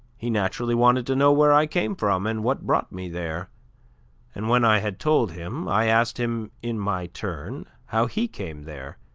he naturally wanted to know where i came from, and what brought me there and, when i had told him, i asked him in my turn how he came there,